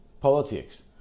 politics